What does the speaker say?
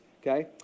okay